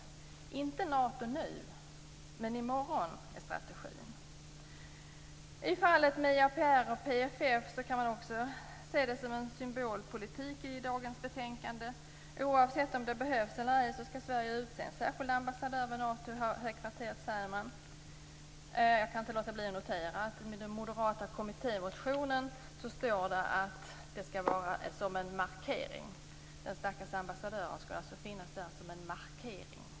Strategin är: Inte Nato nu, men i morgon. I fallet med EAPR och PFF kan man också se det som en symbolpolitik i dagens betänkande. Oavsett om det behövs eller ej skall Sverige utse en särskild ambassadör vid Natohögkvarteret, säger man. Jag kan inte låta bli att notera att i den moderata kommittémotionen står det att det skall vara som en markering. Den stackars ambassadören skulle alltså finnas där som en markering!